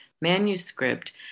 manuscript